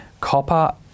copper